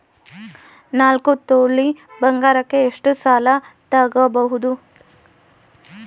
ನಾಲ್ಕು ತೊಲಿ ಬಂಗಾರಕ್ಕೆ ಎಷ್ಟು ಸಾಲ ತಗಬೋದು?